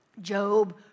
Job